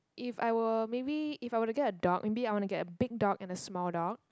if I were maybe if I were to get a dog maybe I want to get a big dog and a small dog